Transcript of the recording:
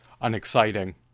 unexciting